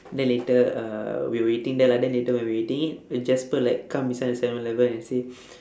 then later uh we were eating there lah then later when we were eating it when jasper like come inside seven eleven and say